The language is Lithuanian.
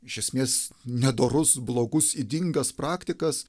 iš esmės nedorus blogus ydingas praktikas